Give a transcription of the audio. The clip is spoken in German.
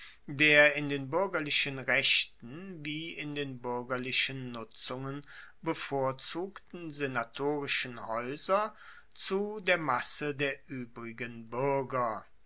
der in den buergerlichen rechten wie in den buergerlichen nutzungen bevorzugten senatorischen haeuser zu der masse der uebrigen buerger